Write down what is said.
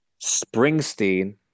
Springsteen